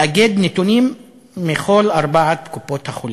המאגד נתונים מכל ארבע קופות-החולים.